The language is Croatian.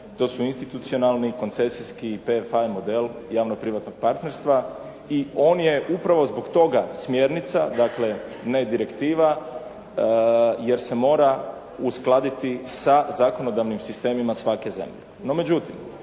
to su institucionalni, koncesijski i "PFI" model javnog privatnog partnerstva i on je upravo zbog toga smjernica dakle ne direktiva, jer se mora uskladiti sa zakonodavnim sistemima svake zemlje.